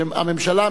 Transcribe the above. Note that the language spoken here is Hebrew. הממשלה,